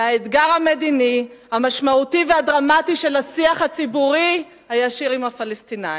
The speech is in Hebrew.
מהאתגר המדיני המשמעותי והדרמטי של השיח הציבורי הישיר עם הפלסטינים.